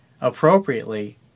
appropriately